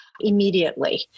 Immediately